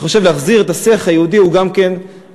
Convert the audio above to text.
אני חושב שלהחזיר את השיח היהודי חשוב לא